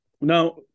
Now